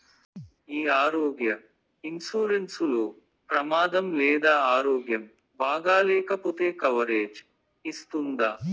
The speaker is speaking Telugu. ఈ ఆరోగ్య ఇన్సూరెన్సు లో ప్రమాదం లేదా ఆరోగ్యం బాగాలేకపొతే కవరేజ్ ఇస్తుందా?